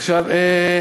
את זה.